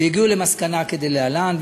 והגיעו למסקנה כדלהלן,